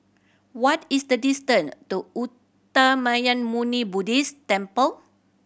what is the distance to Uttamayanmuni Buddhist Temple